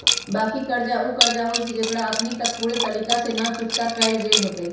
बाँकी कर्जा उ कर्जा होइ छइ जेकरा अखनी तक पूरे तरिका से न चुक्ता कएल गेल होइत